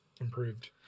improved